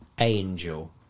Angel